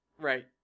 Right